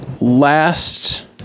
last